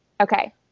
Okay